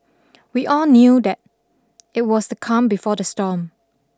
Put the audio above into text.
we all knew that it was the calm before the storm